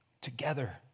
together